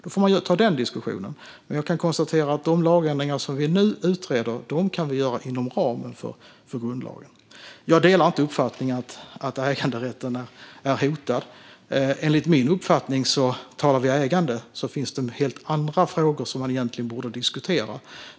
Då får man ta den diskussionen. Jag kan dock konstatera att de lagändringar vi nu utreder kan görs inom ramen för grundlagen. Jag delar inte uppfattningen att äganderätten är hotad. Talar vi ägande finns det enligt min uppfattning helt andra frågor som man egentligen borde diskutera.